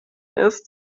ist